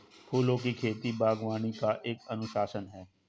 फूलों की खेती, बागवानी का एक अनुशासन है